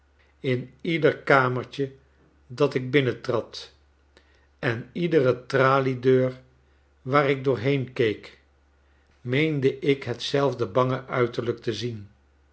in ieder kamertje dat ik binnentrad en iedere traliedeur waar ik doorheen keek meende ik hetzelfde bange uiterlijk te zien